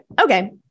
Okay